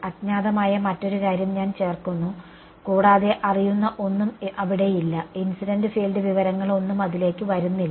അജ്ഞാതമായ മറ്റൊരു കാര്യം ഞാൻ ചേർക്കുന്നു കൂടാതെ അറിയുന്ന ഒന്നും അവിടെയില്ല ഇൻസിഡന്റ് ഫീൽഡ് വിവരങ്ങൾ ഒന്നും അതിലേക്ക് വരുന്നില്ല